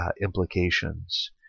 implications